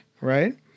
right